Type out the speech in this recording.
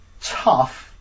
tough